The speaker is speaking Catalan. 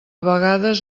vegades